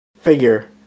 figure